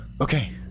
Okay